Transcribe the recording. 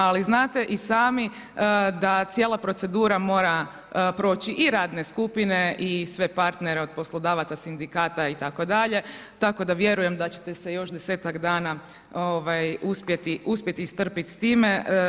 Ali znate i sami da cijela procedura mora proći i radne skupine i sve partnere od poslodavaca, sindikata itd., tako da vjerujem da ćete se još 10-ak dana uspjeti strpit s time.